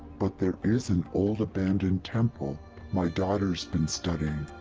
but there is an old, abandoned temple my daughter's been studying.